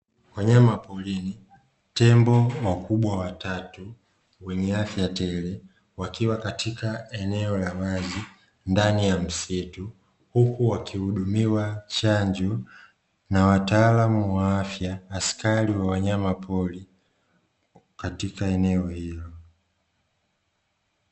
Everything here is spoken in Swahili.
Wanyama porini, tembo wakubwa watatu wenye afya tele, wakiwa katika eneo la wazi ndani ya msitu, huku wakihudumiwa chanjo na wataalamu wa afya, askari wa wanyama pori katika eneo hilo.